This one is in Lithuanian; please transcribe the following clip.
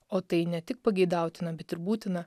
o tai ne tik pageidautina bet ir būtina